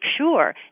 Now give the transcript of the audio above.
sure